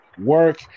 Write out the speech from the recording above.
work